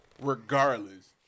Regardless